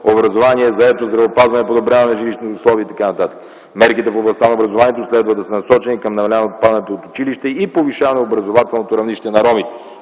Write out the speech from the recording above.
образование, заетост, здравеопазване, подобряване на жилищни условия и т.н. Мерките в областта на образованието следва да са насочени към намаляване на отпадането в училище и повишаване на образователното равнище на ромите.